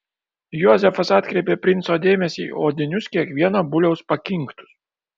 jozefas atkreipė princo dėmesį į odinius kiekvieno buliaus pakinktus